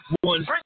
one